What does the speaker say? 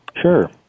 Sure